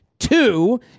Two